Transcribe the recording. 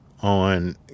on